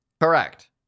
Correct